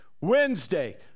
Wednesday